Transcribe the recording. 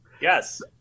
Yes